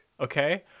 Okay